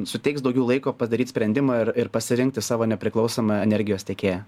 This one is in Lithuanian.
suteiks daugiau laiko padaryti sprendimą ir ir pasirinkti savo nepriklausomą energijos tiekėją